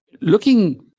looking